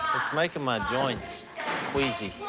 it's making my joints queasy.